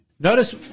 Notice